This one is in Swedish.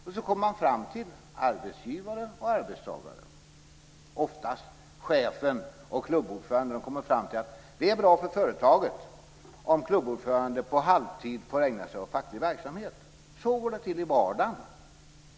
Sedan kommer arbetsgivare och arbetstagare - oftast chefen och klubbordföranden - fram till att det är bra för företaget om klubbordföranden på halvtid får ägna sig åt facklig verksamhet. Så går det till i vardagen.